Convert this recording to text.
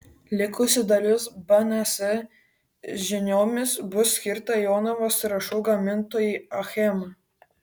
likusi dalis bns žiniomis bus skirta jonavos trąšų gamintojai achema